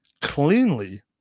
cleanly